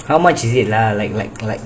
how much is it lah like